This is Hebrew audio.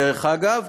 דרך אגב,